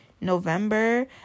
November